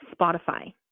Spotify